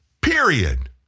period